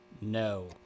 No